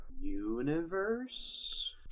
universe